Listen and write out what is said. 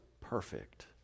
perfect